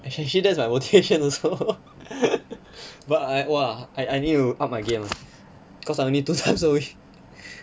actually that's my motivation also but I !wah! I I need to up my game ah cause I only two times a week